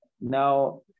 now